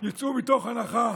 יצאו מתוך הנחה